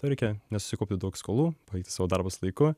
reikia nesusikaupti daug skolų baigti savo darbus laiku